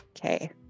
Okay